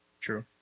True